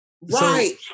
Right